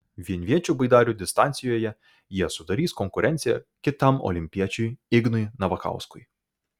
vienviečių baidarių distancijoje jie sudarys konkurenciją kitam olimpiečiui ignui navakauskui